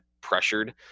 pressured